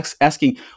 asking